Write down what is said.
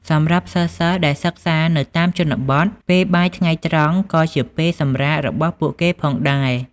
សម្រាប់សិស្សៗដែលសិក្សានៅតាមជនបទ ពេលបាយថ្ងៃត្រង់ក៏ជាពេលសម្រាករបស់ពួកគេផងដែរ។